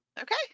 okay